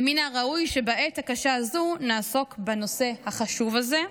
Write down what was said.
מן הראוי שבעת הקשה הזו נעסוק בנושא החשוב הזה.